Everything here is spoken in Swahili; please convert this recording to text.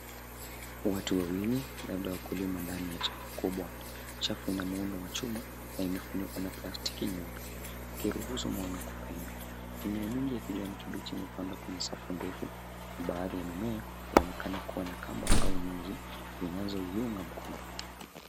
Watu wawili labda wakulima ndani ya chafu kubwa. Chafu inamuhundo wa chuma na imefunikwa na plastiki nyeupe ikiruhusu mwanga kupenya. Mimea mingi ya kijani kibichi imepadwa kwenye safu defu na baadhi ya mimea inaonekana kuwa na kamba au nyuzi zinazoiuga mikono.